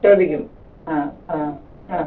ചോദിക്കും ആ ആ ആ